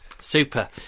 Super